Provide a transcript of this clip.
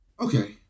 Okay